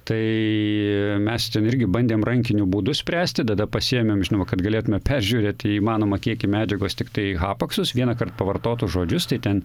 tai mes irgi bandėm rankiniu būdu spręsti tada pasiėmėm žinoma kad galėtume peržiūrėt įmanomą kiekį medžiagos tiktai hapaksus vienąkart pavartotus žodžius tai ten